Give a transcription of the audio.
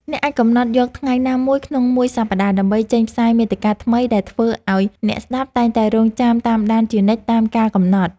អ្នកអាចកំណត់យកថ្ងៃណាមួយក្នុងមួយសប្តាហ៍ដើម្បីចេញផ្សាយមាតិកាថ្មីដែលធ្វើឱ្យអ្នកស្តាប់តែងតែរង់ចាំតាមដានជានិច្ចតាមការកំណត់។